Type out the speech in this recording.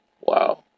Wow